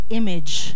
image